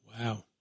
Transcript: Wow